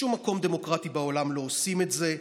בשום מקום דמוקרטי בעולם לא עושים את זה.